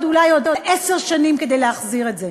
אולי עוד עשר שנים כדי להחזיר את זה.